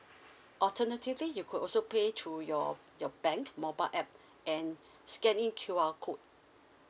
alternatively you could also pay through your your bank mobile app and scan in Q_R code